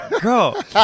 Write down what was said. girl